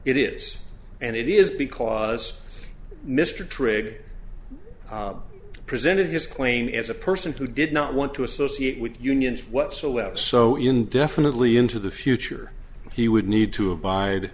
it is and it is because mr trigg presented his claim as a person who did not want to associate with unions whatsoever so indefinitely into the future he would need to abide